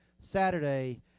Saturday